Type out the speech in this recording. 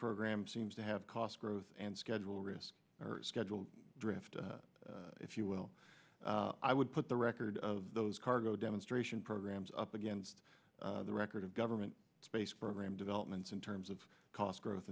program seems to have cost growth and schedule risk schedule drift if you will i would put the record of those cargo demonstration programs up against the record of government space program developments in terms of cost growth